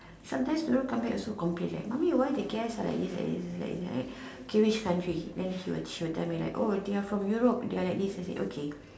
sometimes you know come back also complain leh mommy why the guest are like this like this like this like this like okay which country then he will she will tell me like oh they are from Europe they are like this I say okay